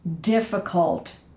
difficult